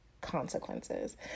consequences